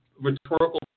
rhetorical